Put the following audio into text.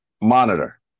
monitor